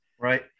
Right